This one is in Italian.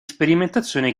sperimentazione